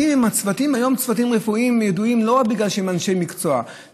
היום צוותים רפואיים ידועים לא רק בגלל שהם אנשי מקצוע,